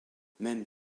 même